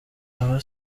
aba